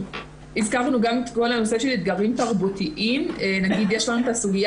הזכרנו גם את נושא האתגרים התרבותיים יש לנו סוגיה